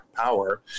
power